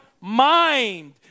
mind